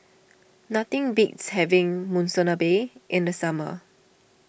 nothing beats having Monsunabe in the summer